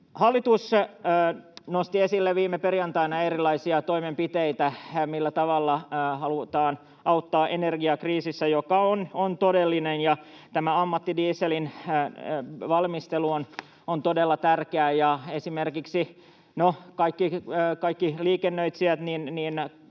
hallitus nosti esille viime perjantaina erilaisia toimenpiteitä, millä tavalla halutaan auttaa energiakriisissä, joka on todellinen. Tämä ammattidieselin valmistelu on todella tärkeää. Esimerkiksi suuri osa liikennöitsijöistä